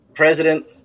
President